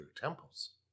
temples